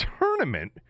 tournament